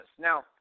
Now